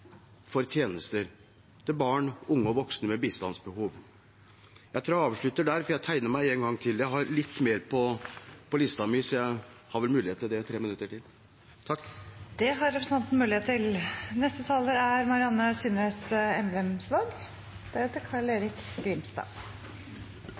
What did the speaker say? for å få tjenester til barn, unge og voksne med bistandsbehov. Jeg tror jeg avslutter der og tegner meg en gang til, for jeg har litt mer på listen min og har vel mulighet til et 3-minutters innlegg til. Det har representanten mulighet til.